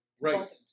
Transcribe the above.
Right